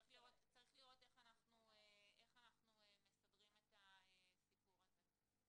צריך לראות איך אנחנו מסדרים את הסיפור הזה.